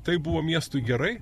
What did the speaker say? tai buvo miestui gerai